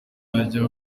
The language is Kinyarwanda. ajya